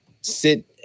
sit